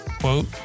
quote